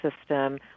system